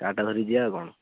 କାର୍ଟା ଧରିକି ଯିବା ଆଉ କଣ